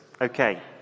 Okay